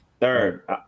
Third